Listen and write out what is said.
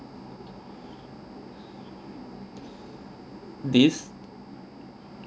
this